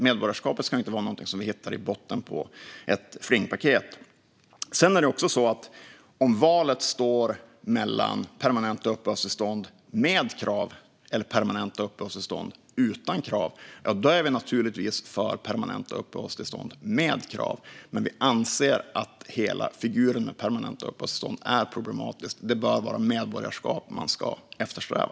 Medborgarskapet ska inte vara något som man hittar i botten på ett flingpaket. Om valet står mellan permanenta uppehållstillstånd med krav eller permanenta uppehållstillstånd utan krav är vi naturligtvis för permanenta uppehållstillstånd med krav. Men vi anser att hela figuren med permanenta uppehållstillstånd är problematisk. Det bör vara medborgarskap man ska eftersträva.